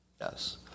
Yes